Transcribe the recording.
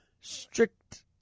strict